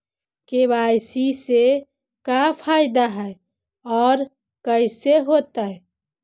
KYC से का फायदा है और कैसे होतै?